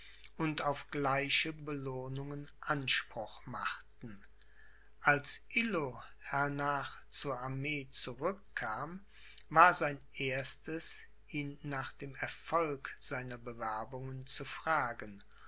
und auf gleiche belohnungen anspruch machten als illo hernach zur armee zurückkam war sein erstes ihn nach dem erfolg seiner bewerbungen zu fragen